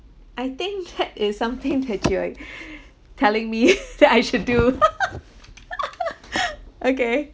I think that is something that you are telling me that I should do okay